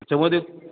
त्याच्यामध्ये